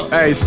Hey